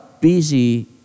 busy